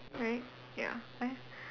right ya I